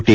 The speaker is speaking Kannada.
ಟಿ